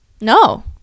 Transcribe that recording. no